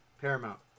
Paramount